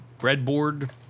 breadboard